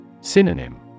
Synonym